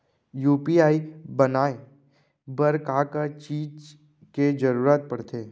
UPI बनाए बर का का चीज के जरवत पड़थे?